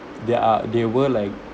there are there were like